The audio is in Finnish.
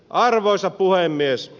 arvoisa puhemies